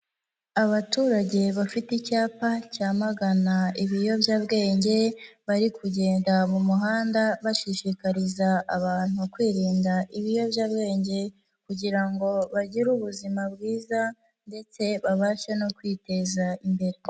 Abaturage bafite icyapa cyamagana ibiyobyabwenge, bari kugenda mu muhanda bashishikariza abantu kwirinda ibiyobyabwenge kugira ngo bagire ubuzima bwiza ndetse babashe no kwiteza imbere.